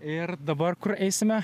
ir dabar kur eisime